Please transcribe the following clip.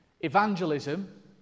Evangelism